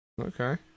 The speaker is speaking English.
Okay